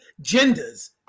genders